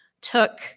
took